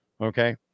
Okay